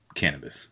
cannabis